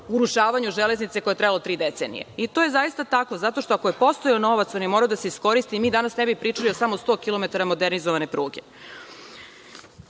urušavanju železnice koje je trajalo tri decenije. I to je zaista tako, zato što ako je postojao novac, on je morao da se iskoristi i mi danas ne bi pričali o samo 100 kilometara modernizovane pruge. Što